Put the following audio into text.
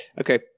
okay